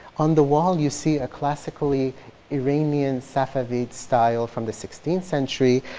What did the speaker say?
on the wall you see a classically iranian safavid style from the sixteenth century.